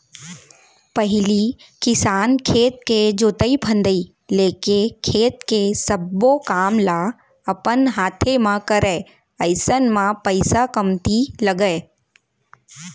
पहिली किसान खेत के जोतई फंदई लेके खेत के सब्बो काम ल अपन हाते म करय अइसन म पइसा कमती लगय